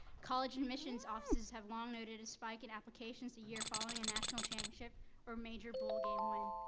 college admissions offices have long noted a spike in applications the year following a national championship or major bowl game win.